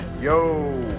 Yo